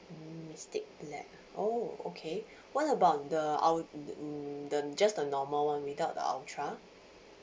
mm mystic black oh okay what about the ult~ mm mm the just the normal one without the ultra